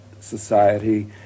society